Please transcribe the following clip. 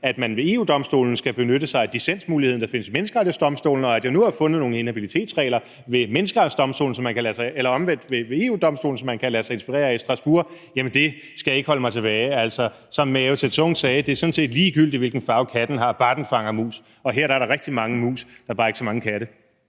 at man ved EU-Domstolen skal benytte sig af dissensmuligheden, der findes ved Menneskerettighedsdomstolen, og at jeg nu har fundet nogle inhabilitetsregler ved EU-Domstolen, som man kan lade sig inspirere af i Strasbourg. Jamen det skal ikke holde mig tilbage. Altså, som Mao Zedong sagde: Det er sådan set ligegyldigt, hvilken farve katten har, bare den fanger mus. Og her er der rigtig mange mus, men der er bare ikke så mange katte.